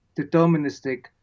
deterministic